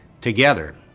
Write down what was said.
together